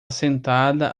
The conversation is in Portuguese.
sentada